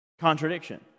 contradiction